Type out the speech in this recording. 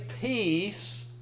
peace